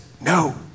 no